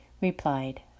replied